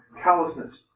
Callousness